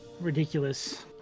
ridiculous